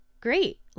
Great